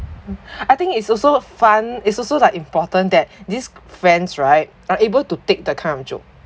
I think it's also fun it's also like important that these friends right are able to take that kind of joke